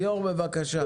ליאור, בבקשה.